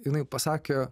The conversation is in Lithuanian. jinai pasakė